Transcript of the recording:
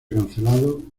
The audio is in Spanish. cancelado